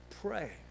pray